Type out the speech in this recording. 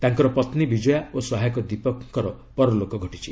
ତାଙ୍କର ପତ୍ନୀ ବିଜୟା ଓ ସହାୟକ ଦୀପକ ଙ୍କର ପରଲୋକ ଘଟିଛି